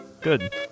Good